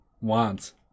Wants